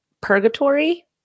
purgatory